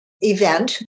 event